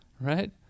right